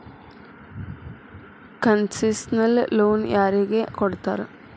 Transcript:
Concessional loan ಯಾರಿಗ್ ಕೊಡ್ತಾರ?